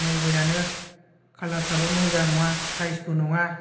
मबाइलआनो कालारफ्राबो मोजां नङा साइसबो नङा